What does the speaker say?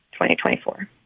2024